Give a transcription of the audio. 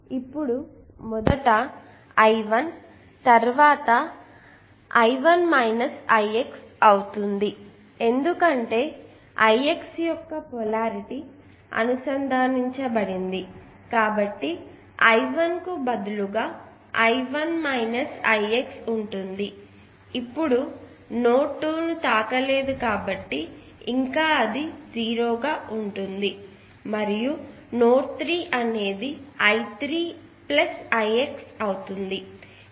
ఇప్పుడు మొదట I1 తర్వాత I1 Ix అవుతుంది ఎందుకంటే Ix యొక్క పోలారిటీ అనుసంధానించబడింది కాబట్టి I1 కు బదులుగా 11 Ix ఉంటుంది ఇప్పుడు నోడ్ 2 తాకలేదు కనుక ఇంకా 0 గా ఉంటుంది మరియు నోడ్ 3 అనేది I3 Ix అవుతుంది